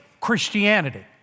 Christianity